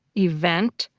event,